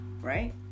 right